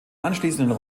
anschließenden